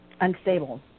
unstable